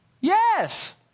Yes